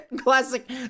Classic